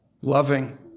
loving